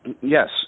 Yes